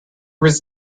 was